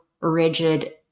rigid